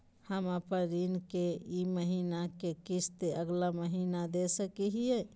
हम अपन ऋण के ई महीना के किस्त अगला महीना दे सकी हियई?